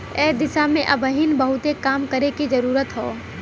एह दिशा में अबहिन बहुते काम करे के जरुरत हौ